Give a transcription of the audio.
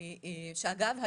אגב,